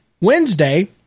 Wednesday